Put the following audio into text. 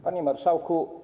Panie Marszałku!